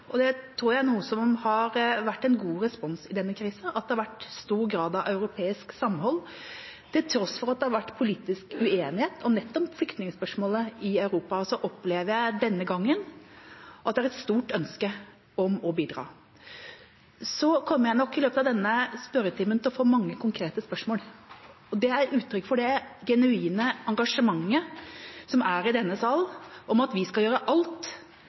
Det tror jeg er noe som har vært en god respons i denne krisa, at det har vært stor grad av europeisk samhold. Til tross for at det har vært politisk uenighet om nettopp flyktningspørsmål i Europa, opplever jeg denne gangen at det er et stort ønske om å bidra. Jeg kommer nok i løpet av denne spørretimen til å få mange konkrete spørsmål, og det er et uttrykk for det genuine engasjementet som er i denne sal for at vi skal gjøre alt